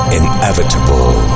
inevitable